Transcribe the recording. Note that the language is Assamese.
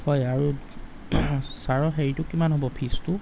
হয় আৰু ছাৰৰ হেৰিটো কিমান হ'ব ফিজটো